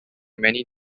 many